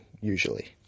usually